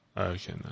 Okay